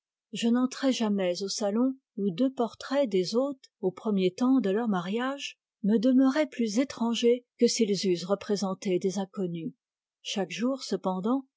je n'entrais jamais au salon où deux portraits des hôtes aux premiers temps de leur mariage me demeuraient plus étrangers que s'ils eussent représenté des inconnus chaque jour cependant